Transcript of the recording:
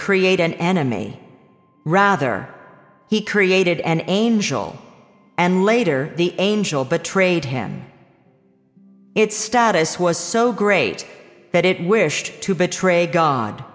create an enemy rather he created an angel and later the angel betrayed him its status was so great that it wished to betray god